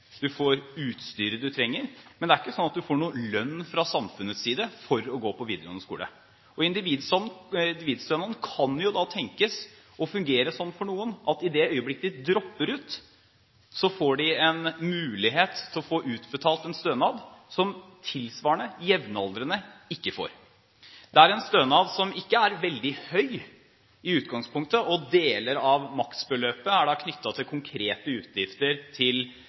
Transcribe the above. Du får det utstyret du trenger. Men det er ikke sånn at du får noen lønn fra samfunnets side for å gå på videregående skole. Individstønaden kan jo da tenkes å fungere sånn for noen at i det øyeblikk de dropper ut, får de en mulighet til å få utbetalt en stønad som tilsvarende jevnaldrende ikke får. Det er en stønad som ikke er veldig høy i utgangspunktet, og deler av maksbeløpet er knyttet til konkrete utgifter, f.eks. til